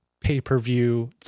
pay-per-view